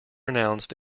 announced